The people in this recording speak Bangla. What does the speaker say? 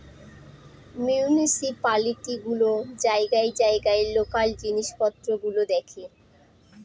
মিউনিসিপালিটি গুলো জায়গায় জায়গায় লোকাল জিনিস পত্র গুলো দেখে